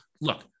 look